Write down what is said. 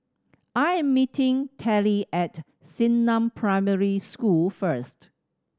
I am meeting Tallie at Xingnan Primary School first